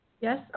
yes